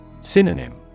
Synonym